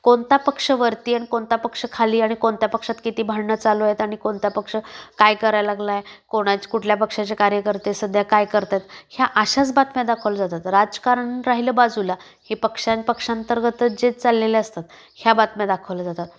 कोणता पक्ष वरती आणि कोणता पक्ष खाली आणि कोणत्या पक्षात किती भांडणं चालू आहेत आणि कोणत्या पक्ष काय करायला लागला आहे कोणा कुठल्या पक्षाचे कार्यकर्ते सध्या काय करत आहेत ह्या अशाच बातम्या दाखवल्या जातात राजकारण राहिलं बाजूला हे पक्षां पक्षांतर्गतच जे चाललेले असतात ह्या बातम्या दाखवल्या जातात